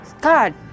God